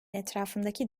etrafındaki